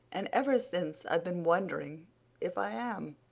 and ever since i've been wondering if i am.